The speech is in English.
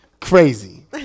Crazy